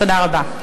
תודה רבה.